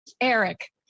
Eric